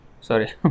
Sorry